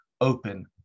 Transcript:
open